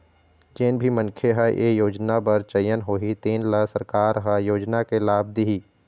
जेन भी मनखे ह ए योजना बर चयन होही तेन ल सरकार ह योजना के लाभ दिहि